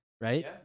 right